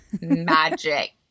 magic